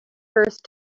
first